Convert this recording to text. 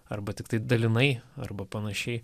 arba tiktai dalinai arba panašiai